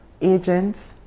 agents